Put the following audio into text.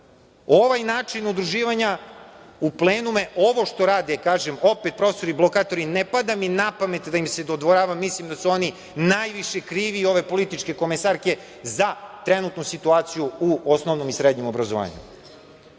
Ovaj način udruživanja u plenume, ovo što rade, kažem opet, profesori blokatori, ne pada mi na pamet da im se dodvoravam, mislim da su oni najviše krivi i ove političke komesarke za trenutnu situaciju u osnovnom i srednjem obrazovanju. Šta